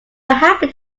happen